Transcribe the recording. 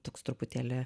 toks truputėlį